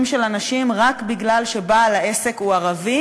של אנשים רק בגלל שבעל העסק הוא ערבי,